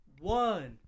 one